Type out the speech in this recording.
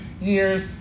years